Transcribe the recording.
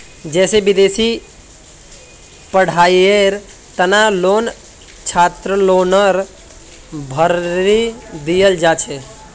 जैसे विदेशी पढ़ाईयेर तना लोन छात्रलोनर भीतरी दियाल जाछे